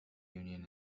union